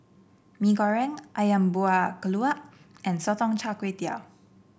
Mee Goreng ayam Buah Keluak and Sotong Char Kway